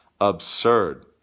absurd